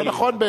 לא נכון,